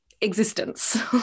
existence